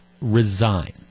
resign